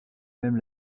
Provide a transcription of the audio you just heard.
même